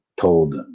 told